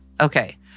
Okay